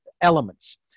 elements